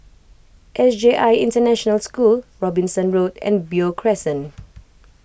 S J I International School Robinson Road and Beo Crescent